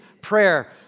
prayer